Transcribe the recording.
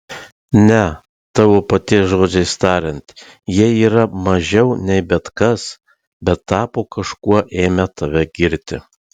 ne tavo paties žodžiais tariant jie yra mažiau nei bet kas bet tapo kažkuo ėmę tave girti